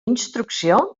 instrucció